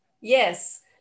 Yes